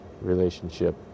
relationship